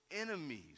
enemies